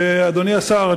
אדוני השר,